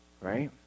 Right